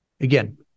Again